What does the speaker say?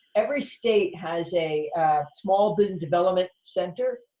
every state has a small business development center.